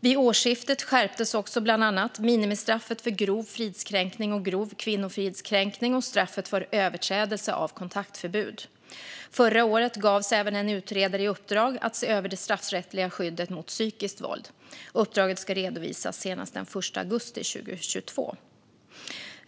Vid årsskiftet skärptes också bland annat minimistraffet för grov fridskränkning och grov kvinnofridskränkning och straffet för överträdelse av kontaktförbud. Förra året gavs även en utredare i uppdrag att se över det straffrättsliga skyddet mot psykiskt våld. Uppdraget ska redovisas senast den 1 augusti 2022.